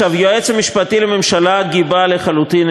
היועץ המשפטי לממשלה גיבה לחלוטין,